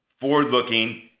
forward-looking